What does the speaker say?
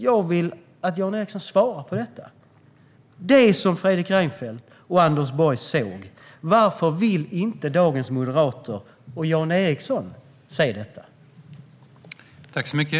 Jag vill att Jan Ericson svarar på detta: Varför vill inte dagens moderater och Jan Ericson se det som Fredrik Reinfeldt och Anders Borg såg?